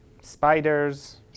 Spiders